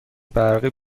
برقی